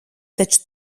taču